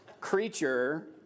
creature